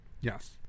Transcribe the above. yes